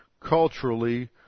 culturally